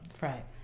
right